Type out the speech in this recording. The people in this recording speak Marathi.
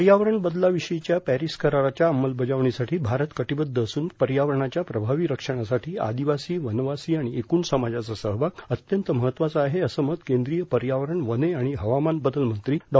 पर्यावरण बदलाविषयीच्या पॅरिस कराराच्या अंमलबजावणीसाठी भारत कटिबद्ध असून पर्यावरणाच्या प्रभावी रक्षणासाठी आदिवासी वनवासी आणि एकूण समाजाचा सहभाग अत्यंत महत्वाचा आहे असं मत केंद्रीय पर्यावरण वने आणि हवामानबदल मंत्री डॉ